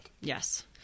Yes